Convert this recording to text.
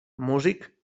músic